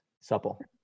supple